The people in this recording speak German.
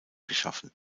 geschaffen